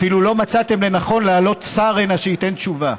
אפילו לא מצאתם לנכון להעלות הנה שר שייתן תשובה.